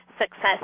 success